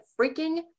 freaking